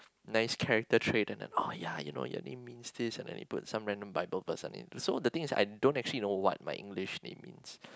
nice character trait and then oh ya you know your name is this and then they put some random Bible verse on it so the thing is I don't actually know what my English name means